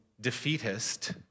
defeatist